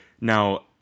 Now